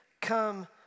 come